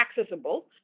accessible